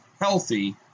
healthy